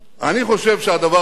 אני חושב שהדבר הזה